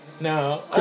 No